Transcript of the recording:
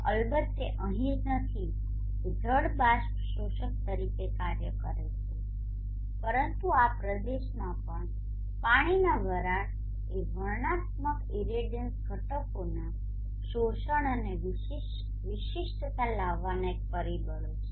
અલબત્ત તે અહીં જ નથી કે જળ બાષ્પ શોષક તરીકે કાર્ય કરે છે પરંતુ આ પ્રદેશોમાં પણ પાણીના વરાળ એ વર્ણનાત્મક ઇરેડિયન્સ ઘટકોના શોષણ અને વિશિષ્ટતા લાવવાના એક પરિબળો છે